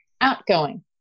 outgoing